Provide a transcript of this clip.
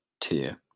tier